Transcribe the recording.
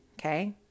Okay